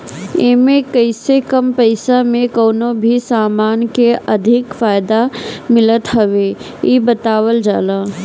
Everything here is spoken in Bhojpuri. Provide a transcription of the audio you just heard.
एमे कइसे कम पईसा में कवनो भी समान के अधिक फायदा मिलत हवे इ बतावल जाला